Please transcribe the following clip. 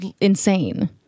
insane